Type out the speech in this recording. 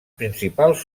principals